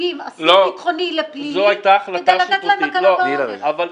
ומסווגים אסיר ביטחוני לפלילי כדי לתת להם הקלה בעונש -- לא.